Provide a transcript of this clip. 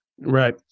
Right